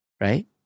right